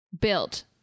built